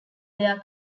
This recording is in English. their